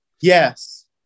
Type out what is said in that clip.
Yes